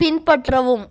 பின்பற்றவும்